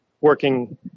working